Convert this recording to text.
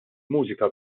mużika